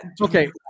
Okay